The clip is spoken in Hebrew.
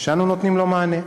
שאנו נותנים לו מענה,